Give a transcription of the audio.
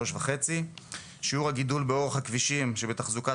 3.5. שיעור הגידול באורך הכבישים שבתחזוקת